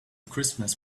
christmas